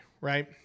right